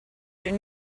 their